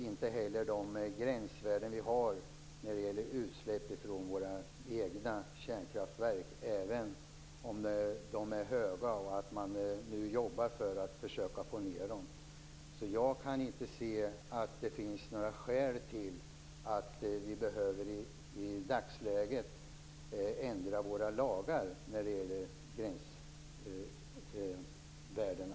Inte heller de gränsvärden vi har när det gäller utsläpp från våra egna kärnkraftverk är skadliga, även om de är höga och vi jobbar för att försöka få ned dem. Jag kan inte se att det finns några skäl till att vi i dagsläget behöver ändra våra lagar när det gäller gränsvärdena.